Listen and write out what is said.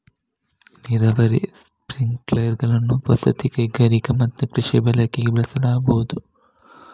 ನೀರಾವರಿ ಸ್ಪ್ರಿಂಕ್ಲರುಗಳನ್ನು ವಸತಿ, ಕೈಗಾರಿಕಾ ಮತ್ತು ಕೃಷಿ ಬಳಕೆಗೆ ಬಳಸಬಹುದು